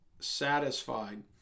Satisfied